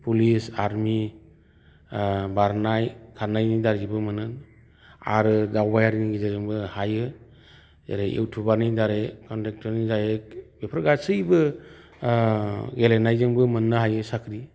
police army बारनाय खारनायनि दारैबो मोनो आरो दावबायारिनि जोनैबो हायो जेरै इउटुबारिनि दारै कनट्रेक्ट'रनि दारै बेफोर गासैबो गेलेनायजोंबो मोननो हायो साख्रि